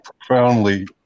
profoundly